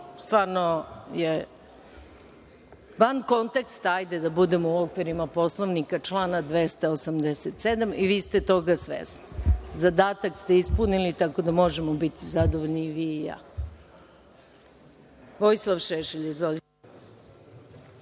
stvarno je van konteksta, da budemo u okviru Poslovnika, člana 287. i vi ste toga svesni. Zadatak ste ispunili, tako da možemo biti zadovoljni i vi i ja. Reč ima